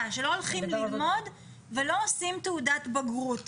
ללמוד ולא עושים תעודת בגרות רגילה.